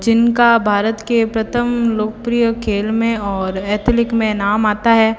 जिनका भारत के प्रथम लोकप्रिय खेल में और एथलिक में नाम आता है